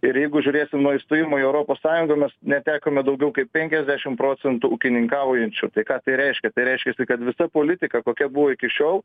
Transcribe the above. ir jeigu žiūrėsim nuo įstojimo į europos sąjungą mes netekome daugiau kaip penkiasdešimt procentų ūkininkaujančių tai ką tai reiškia tai reiškiasi kad visa politika kokia buvo iki šiol